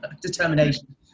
determination